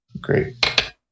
Great